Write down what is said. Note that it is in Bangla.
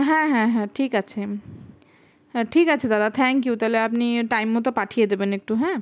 হ্যাঁ হ্যাঁ হ্যাঁ ঠিক আছে হ্যাঁ ঠিক আছে দাদা থ্যাংক ইউ তাহলে আপনি টাইম মতো পাঠিয়ে দেবেন একটু হ্যাঁ